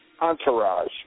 Entourage